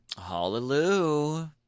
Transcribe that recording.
Hallelujah